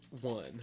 one